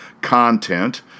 content